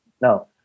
no